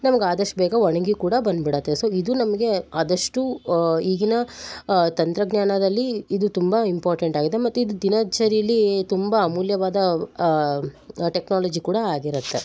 ನಮಗೆ ಆದಷ್ಟು ಬೇಗ ಒಣಗಿ ಕೂಡ ಬಂದ್ಬಿಡುತ್ತೆ ಸೊ ಇದು ನಮಗೆ ಆದಷ್ಟು ಈಗಿನ ತಂತ್ರಜ್ಞಾನದಲ್ಲಿ ಇದು ತುಂಬ ಇಂಪಾರ್ಟೆಂಟ್ ಆಗಿದೆ ಮತ್ತು ಇದು ದಿನಚರಿಯಲ್ಲಿ ತುಂಬ ಅಮೂಲ್ಯವಾದ ಟೆಕ್ನಾಲಜಿ ಕೂಡ ಆಗಿರುತ್ತೆ